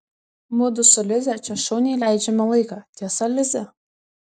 mudu su lize čia šauniai leidžiame laiką tiesa lize